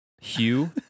Hugh